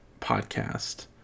podcast